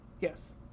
yes